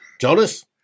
Jonas